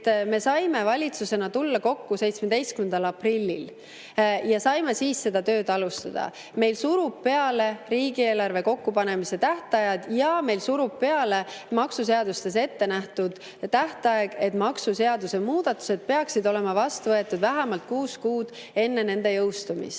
me saime valitsusena tulla kokku 17. aprillil ja saime siis seda tööd alustada. Meile suruvad peale riigieelarve kokkupanemise tähtajad ja meile surub peale maksuseadustes ettenähtud tähtaeg, kuna maksuseaduse muudatused peaksid olema vastu võetud vähemalt kuus kuud enne nende jõustumist.